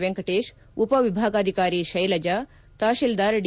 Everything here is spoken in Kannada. ವೆಂಕಟೇಶ್ ಉಪ ವಿಭಾಗಾಧಿಕಾರಿ ಶೈಲಜಾ ತಪಸೀಲ್ಲಾರ್ ಡಿ